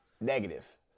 Negative